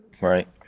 Right